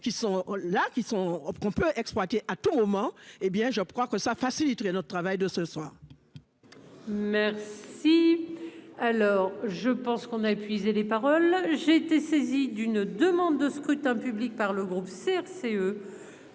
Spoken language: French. qui sont on peut exploiter à tout moment. Eh bien je crois que ça facilite les notre travail de ce soir. Si, alors je pense qu'on a épuisé les paroles. J'ai été saisi d'une demande de scrutin public par le groupe CRCE